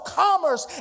commerce